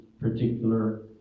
particular